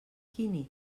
quini